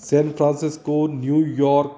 San Francisco New York